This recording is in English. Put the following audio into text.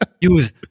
use